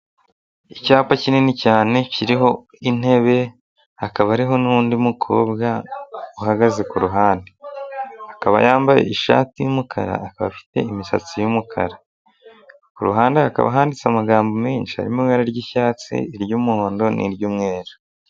Icyapa kinini cyane kiriho intebe, hakaba hariho n'undi mukobwa uhagaze ku ruhande, akaba yambaye ishati y'umukara akaba afite imisatsi y'umukara, ku ruhande hakaba handitse amagambo menshi arimo ibara ry'icyatsi, iry'umuhondo n'iry'umweru.